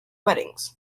weddings